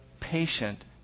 patient